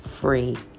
free